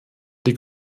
die